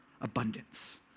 abundance